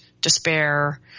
despair